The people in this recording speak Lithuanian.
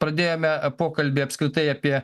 pradėjome pokalbį apskritai apie